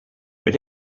but